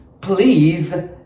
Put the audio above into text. Please